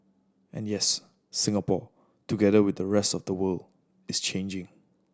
and yes Singapore together with the rest of the world is changing